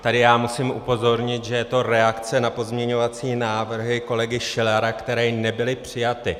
Tady musím upozornit, že je to reakce na pozměňovací návrhy kolegy Schillera, které nebyly přijaty.